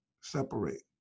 separate